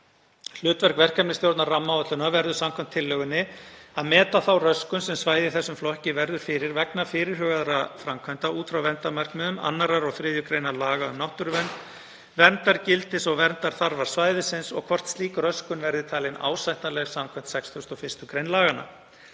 Hlutverk verkefnisstjórnar rammaáætlunar verður samkvæmt tillögunni að meta þá röskun sem svæði í þessum flokki verður fyrir vegna fyrirhugaðra framkvæmda út frá verndarmarkmiðum 2. og 3. gr. laga um náttúruvernd, verndargildis og verndarþarfar svæðisins og hvort slík röskun verði talin ásættanleg, samanber 61. gr. laganna.